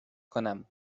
کنم